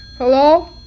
Hello